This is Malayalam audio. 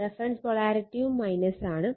റഫറൻസ് പൊളാരിറ്റിയും മൈനസ് ആണ്